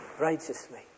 righteously